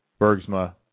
Bergsma